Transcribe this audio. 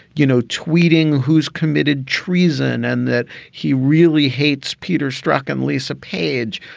you know, tweeting who's committed treason and that he really hates peter struck and lisa page,